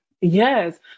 Yes